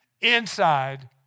inside